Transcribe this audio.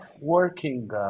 working